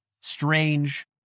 strange